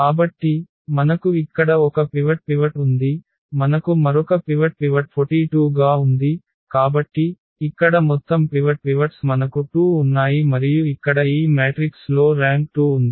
కాబట్టి మనకు ఇక్కడ ఒక పివట్ ఉంది మనకు మరొక పివట్ 42 గా ఉంది కాబట్టి ఇక్కడ మొత్తం పివట్స్ మనకు 2 ఉన్నాయి మరియు ఇక్కడ ఈ మ్యాట్రిక్స్ లో ర్యాంక్ 2 ఉంది